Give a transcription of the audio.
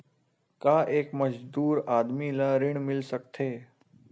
का एक मजदूर आदमी ल ऋण मिल सकथे?